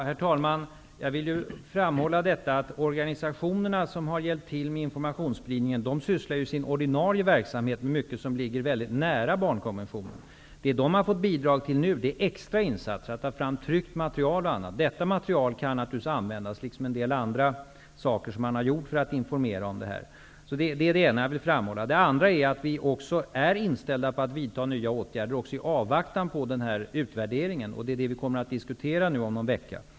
Herr talman! Jag vill framhålla att de organisationer som har hjälpt till med informationsspridningen i sin ordinarie verksamhet sysslar med mycket som ligger mycket nära barnkonventionen. Det som de har fått bidrag till nu är extra insatser -- att ta fram tryckt material och annat. Detta material, liksom en del andra saker som man har gjort för att informera om detta, kan naturligtvis användas. Det är det ena som jag vill framhålla. Det andra som jag vill framhålla är att vi är inställda på att vidta nya åtgärder också i avvaktan på denna utvärdering, och det är det som vi kommer att diskutera om någon vecka.